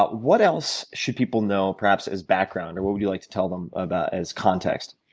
but what else should people know perhaps as background or what would you like to tell them about as context?